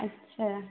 अच्छा